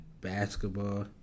basketball